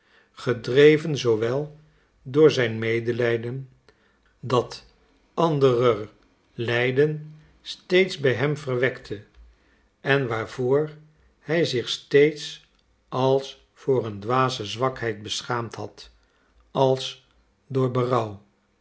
gedreven zoowel door het medelijden dat anderer lijden steeds bij hem verwekte en waarvoor hij zich steeds als voor een dwaze zwakheid geschaamd had als door